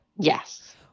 Yes